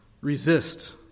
resist